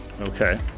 Okay